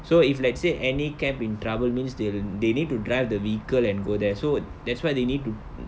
so if let's say any camp in trouble means they wi~ they need to drive the vehicle and go there so that's why they need to